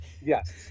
Yes